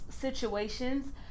situations